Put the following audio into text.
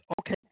Okay